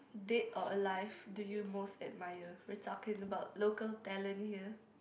dead or alive do you most admire we're talking about local talent here